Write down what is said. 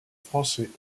français